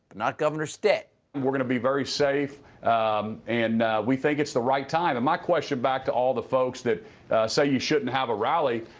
not governor stitt. we're going to be very safe and we think it's the right time. and my question back to all the folks that say you shouldn't have a rally,